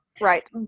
Right